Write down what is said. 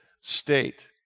State